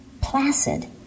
placid